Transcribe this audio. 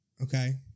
Okay